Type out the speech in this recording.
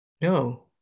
No